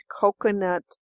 coconut